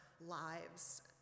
lives